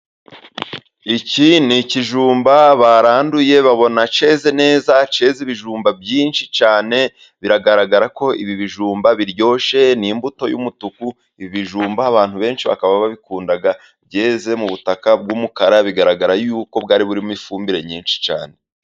Iki ni ikijumba baranduye babona cyeze neza, keze ibijumba byinshi cyane biragaragara ko ibi bijumba biryoshye, ni imbuto y'umutuku, ibijumba abantu benshi bakaba babikunda byeze mu butaka bw'umukara, bigaragara yuko byari birimo ifumbire nyinshi cyane.